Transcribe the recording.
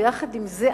ועם זה,